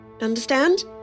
understand